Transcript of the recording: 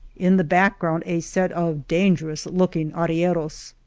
in the background a set of dangerous looking arrierosy.